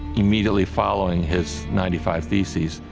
immediately following his ninety five thesis.